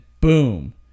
boom